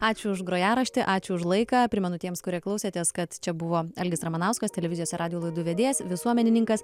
ačiū už grojaraštį ačiū už laiką primenu tiems kurie klausėtės kad čia buvo algis ramanauskas televizijos radijo laidų vedėjas ir visuomenininkas